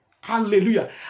Hallelujah